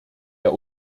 der